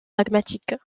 magmatique